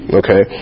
okay